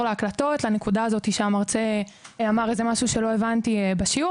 לנקודה הזו שהמרצה אמר איזה משהו שלא הבנתי בשיעור